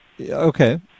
okay